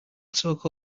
soak